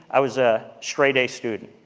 i was a straight-a student,